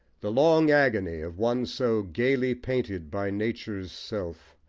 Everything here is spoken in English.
the long agony of one so gaily painted by nature's self,